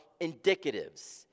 indicatives